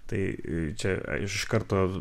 tai čia iš karto